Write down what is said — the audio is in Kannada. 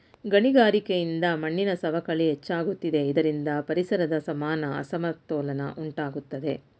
ಗಣಿಗಾರಿಕೆಯಿಂದ ಮಣ್ಣಿನ ಸವಕಳಿ ಹೆಚ್ಚಾಗುತ್ತಿದೆ ಇದರಿಂದ ಪರಿಸರದ ಸಮಾನ ಅಸಮತೋಲನ ಉಂಟಾಗುತ್ತದೆ